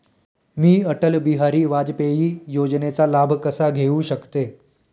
मी अटल बिहारी वाजपेयी योजनेचा लाभ कसा घेऊ शकते?